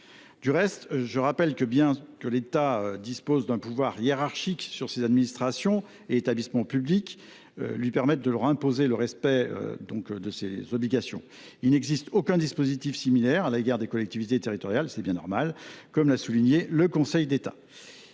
Au reste, bien que l’État dispose d’un pouvoir hiérarchique sur ses administrations et établissements publics lui permettant de leur imposer le respect de leurs obligations, il n’existe aucun dispositif similaire à l’égard des collectivités territoriales, et c’est bien normal, comme l’a souligné le Conseil d’État.